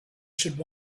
should